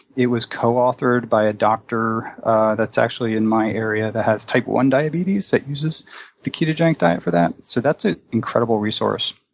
it was coauthored by a doctor that's actually in my area that has type one diabetes that uses the ketogenic diet for that. so that's an incredible resource.